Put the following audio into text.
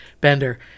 Bender